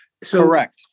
Correct